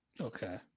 Okay